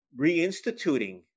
reinstituting